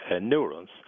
neurons